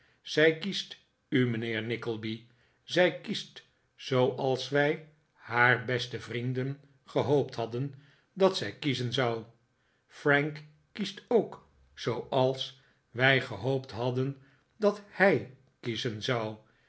zij kiest u mijnheer nickleby zij kiest zooals wij haar beste vrienden gehoopt hadden dat zij kiezen zou frank kiest ook zooals wij gehoopt hadden dat h ij kiezen zou